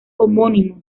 homónimo